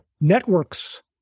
networks